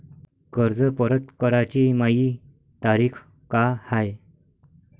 कर्ज परत कराची मायी तारीख का हाय?